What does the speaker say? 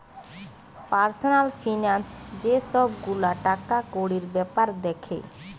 personal finance যে সব গুলা টাকাকড়ির বেপার দ্যাখে